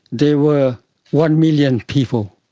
there were one million people,